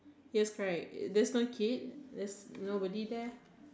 yes correct there's a kid there's nobody there